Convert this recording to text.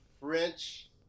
French